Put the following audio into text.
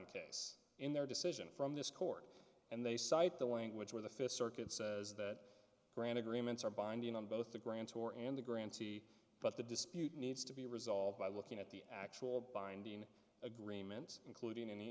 brown case in their decision from this court and they cite the language where the fifth circuit says that grant agreements are binding on both the grand tour and the grantee but the dispute needs to be resolved by looking at the actual binding agreements including any